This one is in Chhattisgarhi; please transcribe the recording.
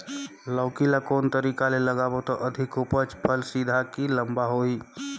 लौकी ल कौन तरीका ले लगाबो त अधिक उपज फल सीधा की लम्बा होही?